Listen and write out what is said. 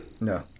No